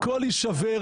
הכול יישבר.